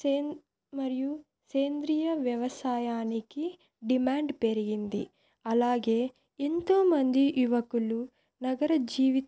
సేంద్ మరియు సేంద్రీయ వ్యవసాయానికి డిమాండ్ పెరిగింది అలాగే ఎంతోమంది యువకులు నగర జీవిత